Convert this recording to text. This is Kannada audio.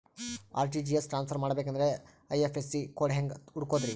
ಆರ್.ಟಿ.ಜಿ.ಎಸ್ ಟ್ರಾನ್ಸ್ಫರ್ ಮಾಡಬೇಕೆಂದರೆ ಐ.ಎಫ್.ಎಸ್.ಸಿ ಕೋಡ್ ಹೆಂಗ್ ಹುಡುಕೋದ್ರಿ?